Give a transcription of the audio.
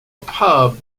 pub